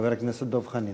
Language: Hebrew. חבר הכנסת דב חנין.